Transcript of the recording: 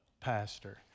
pastor